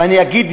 ואני אגיד,